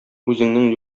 үзеңнең